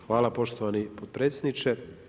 Hvala poštovani potpredsjedniče.